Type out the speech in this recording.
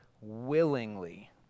willingly